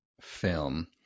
film